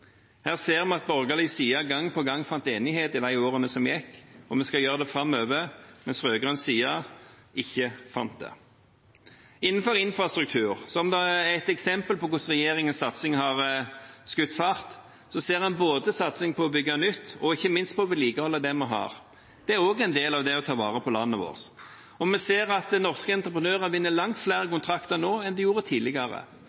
Her ser vi at borgerlig side gang på gang fant enighet i de årene som gikk – og vi skal gjøre det framover – mens rød-grønn side ikke fant det. Innenfor infrastruktur, som er et eksempel på hvordan regjeringens satsing har skutt fart, ser en både satsing på å bygge nytt og ikke minst på å vedlikeholde det vi har. Det er også en del av det å ta vare på landet vårt. Vi ser at norske entreprenører vinner langt flere